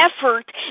effort